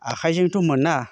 आखायजोंथ' मोना